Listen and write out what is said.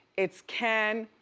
it's ken,